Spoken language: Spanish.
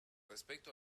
respecto